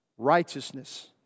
Righteousness